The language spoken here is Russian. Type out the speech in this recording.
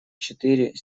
четыре